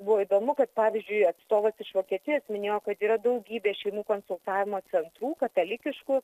buvo įdomu kad pavyzdžiui atstovas iš vokietijos minėjo kad yra daugybė šeimų konsultavimo centrų katalikiškų